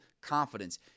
confidence